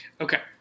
Okay